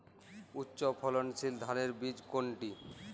উচ্চ ফলনশীল ধানের বীজ কোনটি?